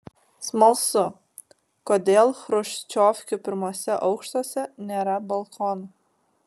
smalsu kodėl chruščiovkių pirmuose aukštuose nėra balkonų